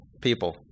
people